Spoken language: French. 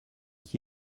qui